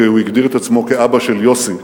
כי הוא הגדיר את עצמו כאבא של יוסי,